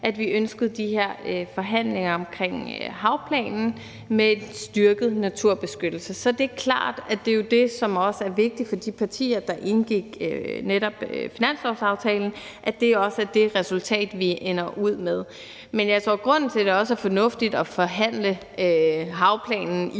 at vi ønskede de her forhandlinger omkring havplanen med en styrket naturbeskyttelse. Så det er klart, at det jo er det, som også er vigtigt for de partier, der indgik netop finanslovsaftalen, at det også er det resultat, vi ender ud med. Men jeg tror, at grunden til, at det også er fornuftigt at forhandle havplanen